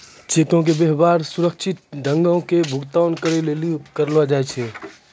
चेको के व्यवहार सुरक्षित ढंगो से भुगतान करै लेली करलो जाय छै